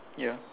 ya